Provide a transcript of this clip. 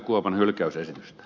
kuopan hylkäysesitystä